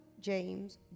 James